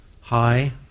Hi